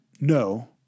no